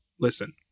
listen